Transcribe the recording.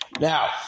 Now